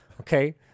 okay